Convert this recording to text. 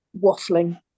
waffling